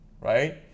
right